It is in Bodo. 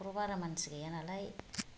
न'खराव बारा मानसि गैया नालाय